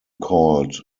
called